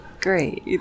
Great